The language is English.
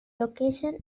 location